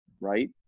Right